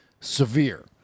severe